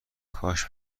کاش